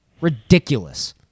Ridiculous